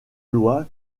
loi